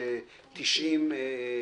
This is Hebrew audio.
בכביש 90 בפרט.